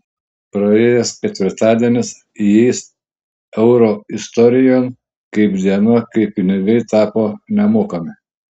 praėjęs ketvirtadienis įeis euro istorijon kaip diena kai pinigai tapo nemokami